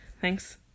Thanks